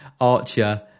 Archer